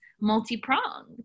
multi-pronged